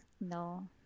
No